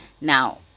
Now